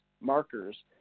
markers